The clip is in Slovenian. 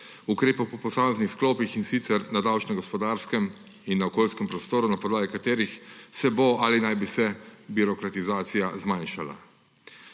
ukrepov po posameznih sklopih, in sicer na davčnem, gospodarskem in na okoljskem prostoru, na podlagi katerih se bo ali naj bi se debirokratizacija zmanjšala.